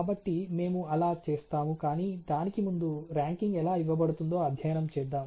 కాబట్టి మేము అలా చేస్తాము కాని దానికి ముందు ర్యాంకింగ్ ఎలా ఇవ్వబడుతుందో అధ్యయనం చేద్దాం